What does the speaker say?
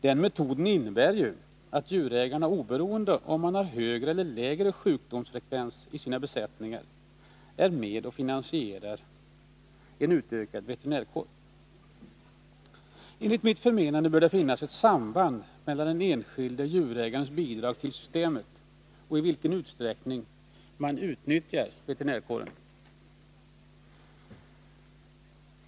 Den metoden innebär ju att djurägarna, oberoende av om de har högre eller lägre sjukdomsfrekvens i sina besättningar, är med och finansierar en utökad veterinärkår. Enligt mitt förmenande bör det finnas ett samband mellan den enskilde djurägarens bidrag till systemet och i vilken utsträckning han utnyttjar detsamma.